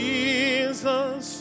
Jesus